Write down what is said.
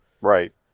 Right